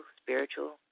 spiritual